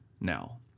now